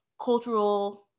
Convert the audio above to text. cultural